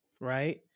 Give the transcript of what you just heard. right